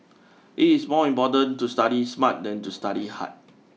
it is more important to study smart than to study hard